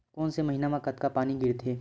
कोन से महीना म कतका पानी गिरथे?